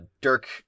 Dirk